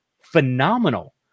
phenomenal